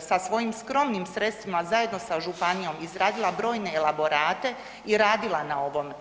sa svojim skromnim sredstvima zajedno sa županijom, izradila brojne elaborate i radila na ovome.